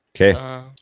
Okay